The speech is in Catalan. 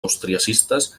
austriacistes